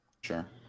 Sure